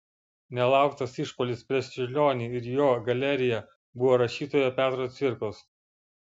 nelauktas išpuolis prieš čiurlionį ir jo galeriją buvo rašytojo petro cvirkos